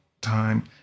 time